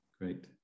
Great